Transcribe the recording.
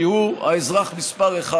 כי הוא האזרח מס' 1,